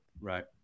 Right